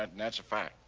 and that's a fact,